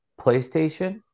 PlayStation